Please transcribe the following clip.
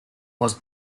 was